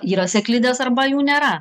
yra sėklidės arba jų nėra